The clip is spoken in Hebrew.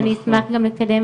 ואני אשמח גם לקדם